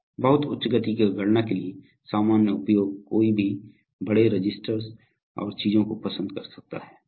बहुत उच्च गति की गणना के लिए सामान्य उपयोग कोई भी बड़े रजिस्टरों और चीजों को पसंद कर सकता है